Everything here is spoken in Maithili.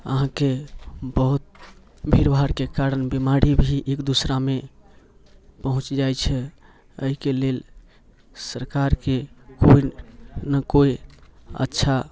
अहाँके बहुत भीड़भाड़के कारण बीमारी भी एक दूसरामे पहुँच जाइ छै अइके लेल सरकारके कोइ ने कोइ अच्छा